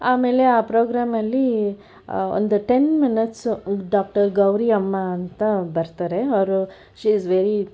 ಆಮೇಲೆ ಆ ಪ್ರೋಗ್ರಾಂ ಅಲ್ಲಿ ಒಂದು ten minutes doctor Gauri Amma ಅಂತ ಬರ್ತಾರೆ ಅವರು ಶೀ ಈಸ್ ವೆರಿ